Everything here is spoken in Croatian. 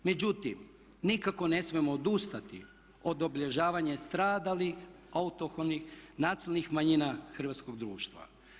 Međutim, nikako ne smijemo odustati od obilježavanja stradalih, autohtonih nacionalnih manjina hrvatskoga društva.